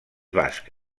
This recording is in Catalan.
basc